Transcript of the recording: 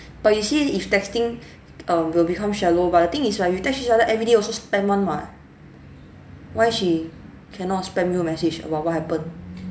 but you say if texting err will become shallow but the thing is right you text each other everyday also spam [one] [what] why she cannot spam you message about what happened